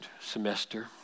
semester